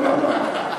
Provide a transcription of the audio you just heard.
לא, לא, לא.